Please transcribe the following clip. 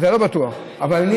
אני לא בטוח, אתה לא בטוח.